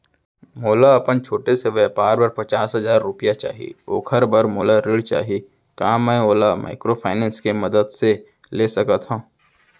मोला अपन छोटे से व्यापार बर पचास हजार रुपिया चाही ओखर बर मोला ऋण चाही का मैं ओला माइक्रोफाइनेंस के मदद से ले सकत हो?